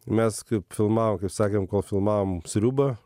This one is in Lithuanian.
mes kaip filmavom kaip sakant kol filmavom sriubą